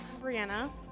Brianna